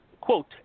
quote